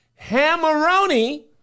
hammeroni